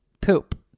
poop